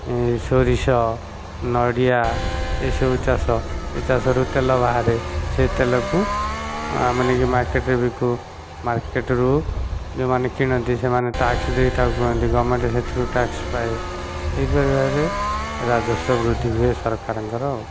ସୋରିଷ ନଡ଼ିଆ ଏସବୁ ଚାଷ ଏ ଚାଷରୁ ତେଲ ବାହାରେ ସେ ତେଲକୁ ଆମେ ନେଇକି ମାର୍କେଟ୍ରେ ବିକୁ ମାର୍କେଟ୍ରୁ ଯେଉଁମାନେ କିଣନ୍ତି ସେମାନେ ଟ୍ୟାକ୍ସ୍ ଦେଇ ତାକୁ କିଣନ୍ତି ଗଭର୍ଣ୍ଣମେଣ୍ଟ୍ ସେଥିରୁ ଟାକ୍ସ୍ ପାଏ ଏହିପରି ଭାବରେ ରାଜସ୍ୱ ବୃଦ୍ଧି ହୁଏ ସରକାରଙ୍କର ଆଉ